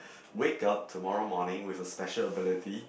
wake up tomorrow morning with a special ability